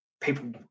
People